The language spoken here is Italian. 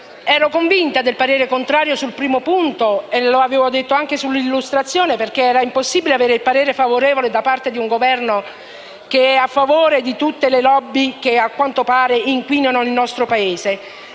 ero convinta del parere contrario sul primo punto e lo avevo detto anche nell'illustrazione, perché era impossibile avere il parere favorevole da parte di un Governo che, a quanto pare, è a favore di tutte le *lobby* che inquinano il nostro Paese,